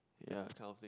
yeah that kind of thing